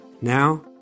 Now